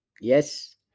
Yes